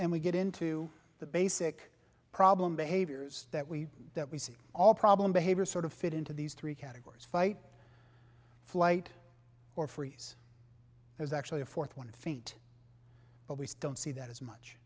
and we get into the basic problem behaviors that we that we see all problem behaviors sort of fit into these three categories fight flight or freeze there's actually a fourth one faint but we don't see that as much